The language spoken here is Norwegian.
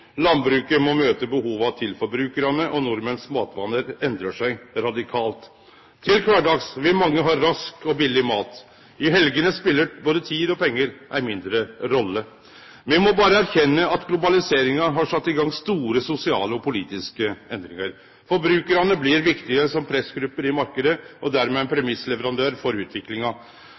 Landbruket må møte behova til forbrukarane, og nordmenns matvanar endrar seg radikalt. Til kvardags vil mange ha rask og billeg mat. I helgene speler både tid og pengar ei mindre rolle. Me må berre erkjenne at globaliseringa har sett i gang store sosiale og politiske endringar. Forbrukarane blir viktige som pressgrupper i marknaden og dermed ein premisssleverandør for utviklinga.